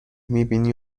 میبینی